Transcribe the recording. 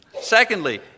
Secondly